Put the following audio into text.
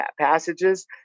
passages